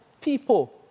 people